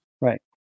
Right